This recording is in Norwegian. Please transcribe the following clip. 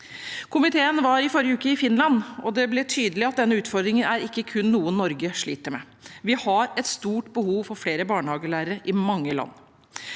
Komiteen var i forrige uke i Finland, og det ble tydelig at denne utfordringen er det ikke kun Norge som sliter med. Vi har et stort behov for flere barnehagelærere i mange land.